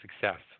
success